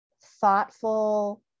thoughtful